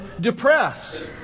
depressed